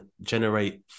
generate